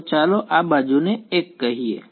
તો ચાલો આ બાજુ ને 1 કહીએ